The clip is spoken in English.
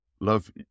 Love